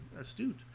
astute